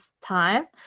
time